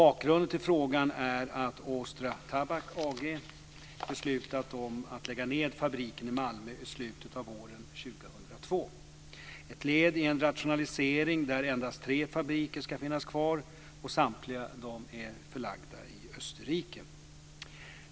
Bakgrunden till frågan är att Austria Tabak AG beslutat om att lägga ned fabriken i Malmö i slutet av våren 2002 - ett led i en rationalisering där endast tre fabriker ska finnas kvar, samtliga förlagda till Österrike.